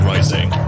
Rising